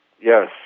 Yes